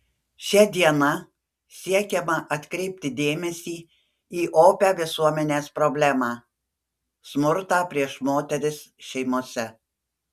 šia diena siekiama atkreipti dėmesį į opią visuomenės problemą smurtą prieš moteris šeimose